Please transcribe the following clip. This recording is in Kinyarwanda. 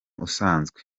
usanzwe